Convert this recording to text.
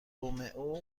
رومئو